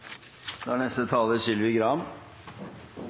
Da er neste taler